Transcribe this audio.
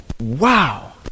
wow